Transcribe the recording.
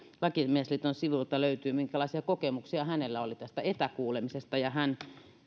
lakimiesliiton sivuilta löytyy minkälaisia kokemuksia hänellä oli tästä etäkuulemisesta hän